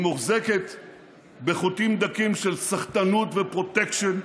היא מוחזקת בחוטים דקים של סחטנות ופרוטקשן,